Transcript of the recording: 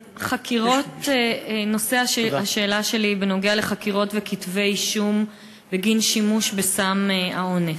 נושא השאלה שלי הוא חקירות וכתבי-אישום בגין שימוש בסם האונס.